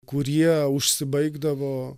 kurie užsibaigdavo